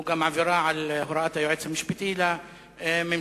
והוא גם עבירה על הוראת היועץ המשפטי לממשלה,